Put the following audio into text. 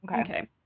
Okay